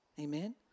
Amen